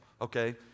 okay